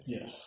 Yes